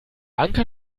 anker